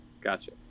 Gotcha